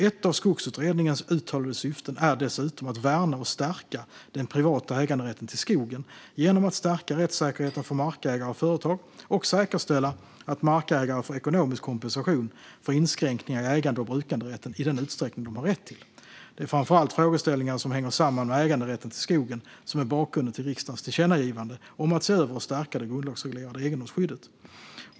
Ett av Skogsutredningens uttalade syften är dessutom att värna och stärka den privata äganderätten till skogen genom att stärka rättssäkerheten för markägare och företag och säkerställa att markägare får ekonomisk kompensation för inskränkningar i ägande och brukanderätten i den utsträckning de har rätt till. Det är framför allt frågeställningar som hänger samman med äganderätten till skogen som är bakgrunden till riksdagens tillkännagivande om att se över och stärka det grundlagsreglerade egendomsskyddet.